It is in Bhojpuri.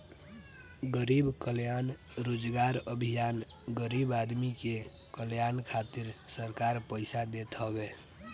गरीब कल्याण रोजगार अभियान गरीब आदमी के कल्याण करे खातिर सरकार पईसा देत हवे